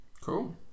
Cool